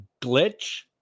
glitch